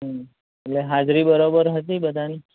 હમ એટલે હાજરી બરાબર હતી બધાની